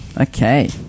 Okay